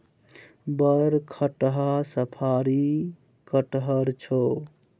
बड़ खटहा साफरी कटहड़ छौ